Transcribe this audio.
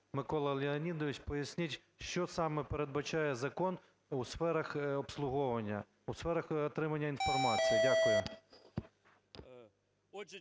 Микола Леонідович, поясність, що саме передбачає закон у сферах обслуговування, у сферах отримання інформації. Дякую.